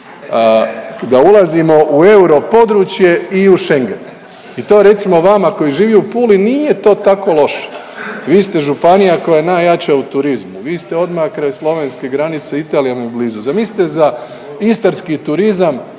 da ulazimo u europodručje i u Schengen i to recimo vama koji živi u Puli nije to tako loše. Vi ste županija koja je najjača u turizmu, vi ste odmah kraj slovenske granice, Italija vam je blizu zamislite za istarski turizam,